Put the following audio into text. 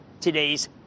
today's